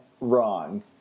wrong